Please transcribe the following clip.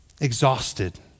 exhausted